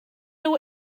nhw